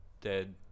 dead